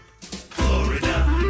Florida